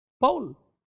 Paul